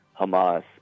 Hamas